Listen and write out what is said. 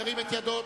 ירים את ידו.